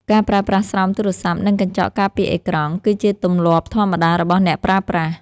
ការប្រើប្រាស់ស្រោមទូរស័ព្ទ និងកញ្ចក់ការពារអេក្រង់ គឺជាទម្លាប់ធម្មតារបស់អ្នកប្រើប្រាស់។